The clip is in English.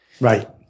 Right